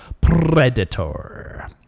Predator